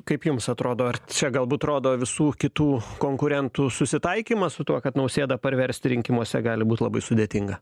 kaip jums atrodo ar čia galbūt rodo visų kitų konkurentų susitaikymą su tuo kad nausėda parversti rinkimuose gali būt labai sudėtinga